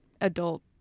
adult